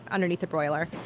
underneath the broiler.